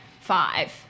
five